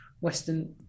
western